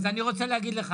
אז אני רוצה להגיד לך,